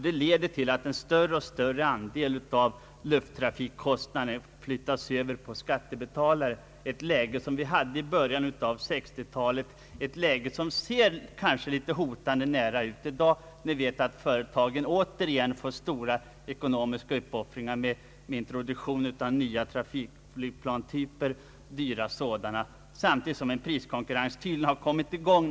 Då flyttas en allt större andel av lufttrafikkostnaderna över på skattebetalarna, alltså det läge som rådde i början av 1960-talet. Situationen i det avseendet ser kanske också litet hotande ut i dag, när vi vet att företagen återigen måste göra stora ekonomiska uppoffringar för introduktion av nya stora trafikflygplanstyper — dyra sådana — samtidigt som en priskonkurrens tydligen har kommit i gång.